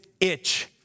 itch